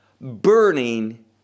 Burning